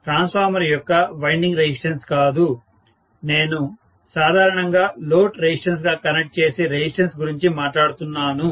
transformer యొక్క winding resistance కాదు నేను సాధారణంగా లోడ్ రెసిస్టెన్స్ గా కనెక్ట్ చేసే రెసిస్టెన్స్ గురించి మాట్లాడుతున్నాను